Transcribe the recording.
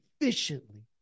efficiently